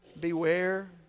Beware